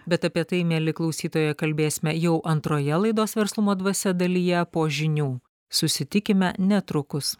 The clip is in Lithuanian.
bet apie tai mieli klausytojai kalbėsime jau antroje laidos verslumo dvasia dalyje po žinių susitikime netrukus